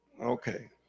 Okay